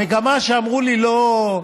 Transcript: המגמה, אמרו לי: לא,